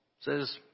says